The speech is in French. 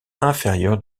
inférieure